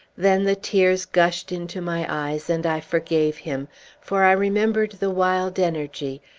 then the tears gushed into my eyes, and i forgave him for i remembered the wild energy,